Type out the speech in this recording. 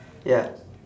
ya